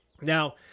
now